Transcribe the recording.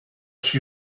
she